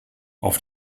auf